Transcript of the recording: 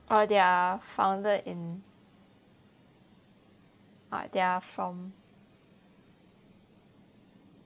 or they are founded in but they’re from